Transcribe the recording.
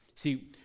See